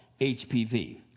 HPV